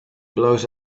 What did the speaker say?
blows